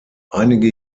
einige